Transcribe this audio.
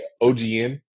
OGN